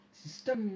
system